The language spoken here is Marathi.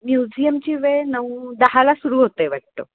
म्युझियमची वेळ नऊ दहाला सुरू होतं आहे वाटतं